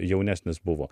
jaunesnis buvo